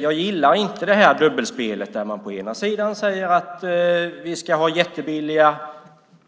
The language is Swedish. Jag gillar inte det här dubbelspelet, där man å ena sidan säger att vi ska ha jättelåga